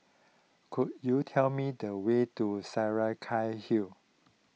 could you tell me the way to Saraca Hill